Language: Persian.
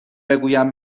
بگویم